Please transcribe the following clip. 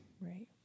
Right